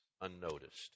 unnoticed